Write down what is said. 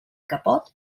capot